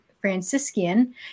Franciscan